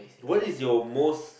what is your most